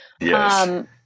yes